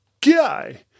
Guy